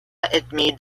admit